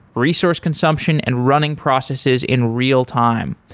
resource consumption and running processes in real-time.